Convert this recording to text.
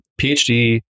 PhD